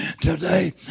today